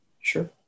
Sure